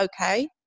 okay